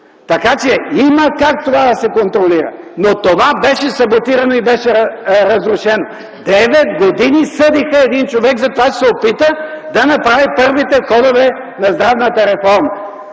Така че има как това да се контролира, но това беше саботирано и беше разрушено. Девет години съдиха един човек затова, че се опита на направи първите ходове на здравната реформа.